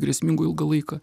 grėsmingoj ilgą laiką